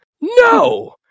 no